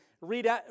read